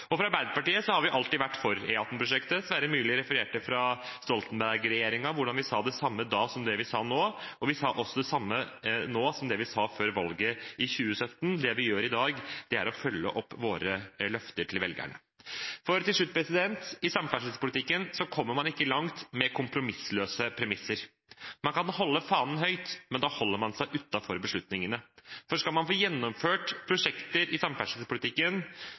Arbeiderpartiet har alltid vært for E18-prosjektet. Sverre Myrli refererte fra Stoltenberg-regjeringen, hvordan vi sa det samme da som det vi sier nå, og vi sier også det samme nå som det vi sa før valget i 2017. Det vi gjør i dag, er å følge opp våre løfter til velgerne. Til slutt: I samferdselspolitikken kommer man ikke langt med kompromissløse premisser. Man kan holde fanen høyt, men da holder man seg utenfor beslutningene. Skal man få gjennomført prosjekter i samferdselspolitikken,